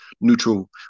neutral